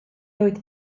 oedd